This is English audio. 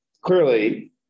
clearly